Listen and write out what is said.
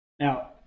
Now